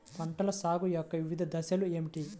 పంటల సాగు యొక్క వివిధ దశలు ఏమిటి?